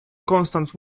constant